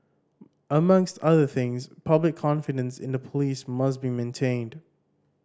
amongst other things public confidence in the police must be maintained